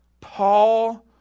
Paul